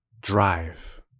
drive